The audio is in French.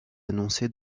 annoncé